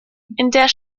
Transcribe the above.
der